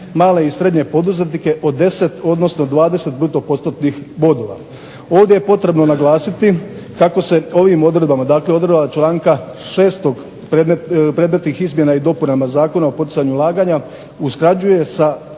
male i srednje poduzetnike od 10, odnosno 20 bruto postotnih bodova. Ovdje je potrebno naglasiti kako se ovim odredbama, dakle odredbama članka 6. predmetnih izmjena i dopunama Zakona o poticanju ulaganja usklađuje sa